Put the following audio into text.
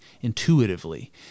intuitively